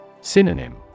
Synonym